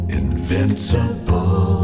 invincible